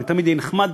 ואני תמיד אהיה נחמד.